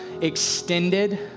extended